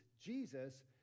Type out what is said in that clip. Jesus